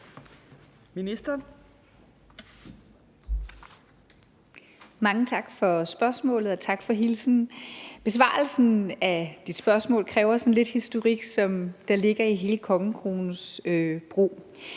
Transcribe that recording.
Mange tak for spørgsmålet, og tak for hilsnen. Besvarelsen af dit spørgsmål kræver sådan lidt historik, som der ligger i hele kongekronens brug.